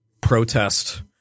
protest